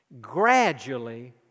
gradually